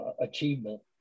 achievement